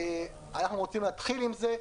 אנחנו רוצים להתחיל עם זה.